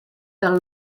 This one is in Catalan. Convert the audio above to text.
del